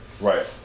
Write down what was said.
Right